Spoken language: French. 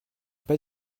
pas